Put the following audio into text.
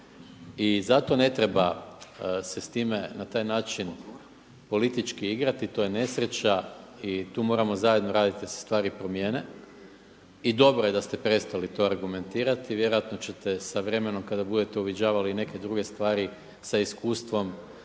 I zato ne treba se s time na taj način politički igrati, to je nesreća i tu moramo zajedno raditi da se stvari promijene. I dobro je da ste prestali to argumentirati. Vjerojatno ćete s vremenom kada budete uviđavali i neke druge stvari sa iskustvom,